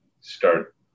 start